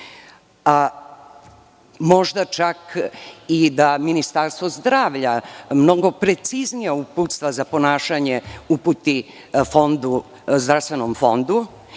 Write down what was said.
možda čak i da Ministarstvo zdravlja mnogo preciznija uputstva za ponašanje uputi Zdravstvenom fondu,